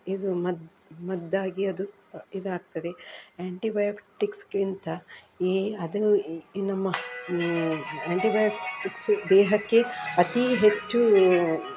ಇದು ಮದ್ದು ಮದ್ದಾಗಿ ಅದು ಇದಾಗ್ತದೆ ಆ್ಯಂಟಿಬಯೋಟಿಕ್ಸ್ಗಿಂತ ಈ ಅದು ಈ ನಮ್ಮ ಆ್ಯಂಟಿಬಯೋಟಿಕ್ಸು ದೇಹಕ್ಕೆ ಅತಿ ಹೆಚ್ಚು